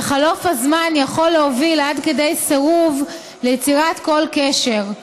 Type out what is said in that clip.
וחלוף הזמן יכול להוביל עד כדי סירוב ליצירת כל קשר,